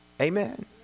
Amen